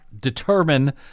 determine